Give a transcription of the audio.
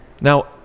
Now